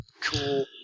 Cool